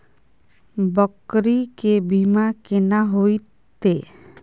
बकरी के बीमा केना होइते?